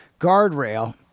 guardrail